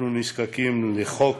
אנחנו נזקקים לחוק